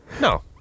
No